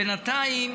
בינתיים